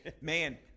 man